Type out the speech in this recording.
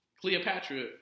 Cleopatra